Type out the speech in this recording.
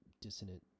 dissonant